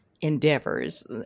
endeavors